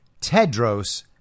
Tedros